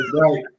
Right